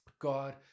God